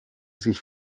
sich